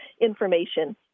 information